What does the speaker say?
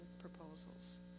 proposals